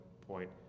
point